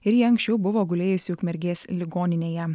ir ji anksčiau buvo gulėjusi ukmergės ligoninėje